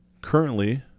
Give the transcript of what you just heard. currently